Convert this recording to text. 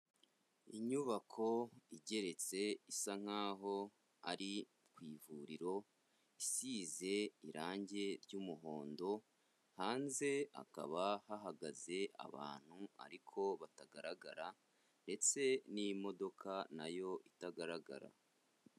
Inyubako igeretse, isa nk'aho ari ku ivuriro, isize irangi ry'umuhondo, hanze hakaba hahagaze abantu ariko batagaragara ndetse n'imodoka na yo itagaragara.